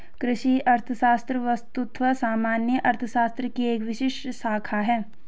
कृषि अर्थशास्त्र वस्तुतः सामान्य अर्थशास्त्र की एक विशिष्ट शाखा है